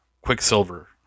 quicksilver